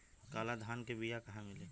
काला धान क बिया कहवा मिली?